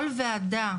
כל ועדה,